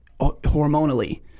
hormonally